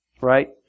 right